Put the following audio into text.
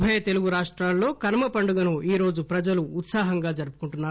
ఉభయ తెలుగు రాష్టాల్లో కనుమ పండుగను ఈ రోజు ప్రజలు ఉత్సాహంగా జరుపుకుంటున్నారు